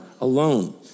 alone